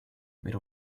made